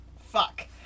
fuck